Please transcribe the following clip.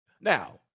Now